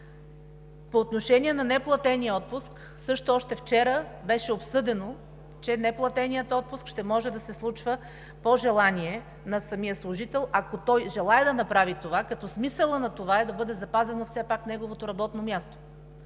По отношение на неплатения отпуск още вчера беше обсъдено, че неплатеният отпуск ще може да се случва по желание на самия служител, ако той желае да направи това, като смисълът на това е да бъде запазено все пак неговото работно място.